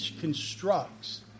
constructs